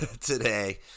today